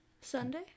Sunday